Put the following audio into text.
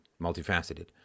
multifaceted